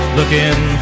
Looking